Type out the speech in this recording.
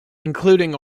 including